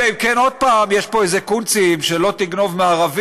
אלא אם כן עוד פעם יש פה איזה קונצים של לא תגנוב מערבים,